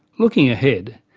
looking ahead,